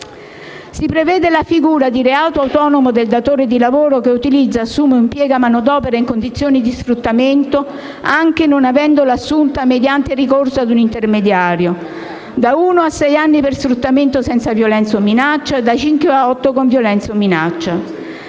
Si prevede la figura di reato autonoma del datore di lavoro che utilizza, assume o impiega manodopera in condizioni di sfruttamento, anche non avendola assunta mediante ricorso a un intermediario (da uno a sei anni per sfruttamento senza violenza o minaccia, da cinque a otto con violenza o minaccia).